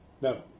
No